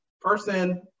person